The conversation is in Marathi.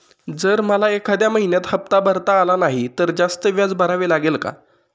जर मला एखाद्या महिन्यात हफ्ता भरता आला नाही तर जास्त व्याज भरावे लागेल का?